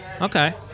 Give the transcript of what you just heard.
Okay